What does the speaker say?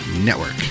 network